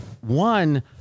One